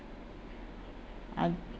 uh